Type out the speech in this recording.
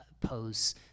pose